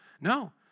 No